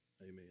Amen